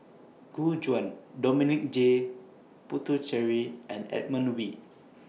Gu Juan Dominic J Puthucheary and Edmund Wee